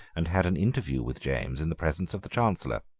and had an interview with james in the presence of the chancellor.